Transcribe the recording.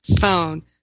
phone